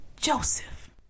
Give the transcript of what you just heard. Joseph